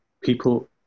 people